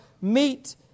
meet